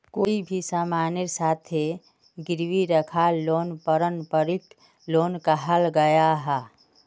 कोए सामानेर साथे गिरवी राखाल लोन पारंपरिक लोन कहाल गयाहा